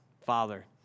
Father